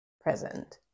present